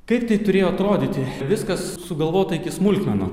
kaip tai turėjo atrodyti viskas sugalvota iki smulkmenų